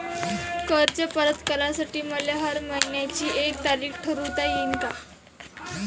कर्ज परत करासाठी मले हर मइन्याची एक तारीख ठरुता येईन का?